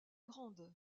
grande